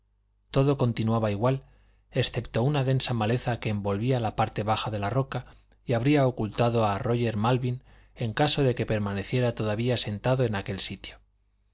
todo continuaba igual excepto una densa maleza que envolvía la parte baja de la roca y habría ocultado a róger malvin en caso que permaneciera todavía sentado en aquel sitio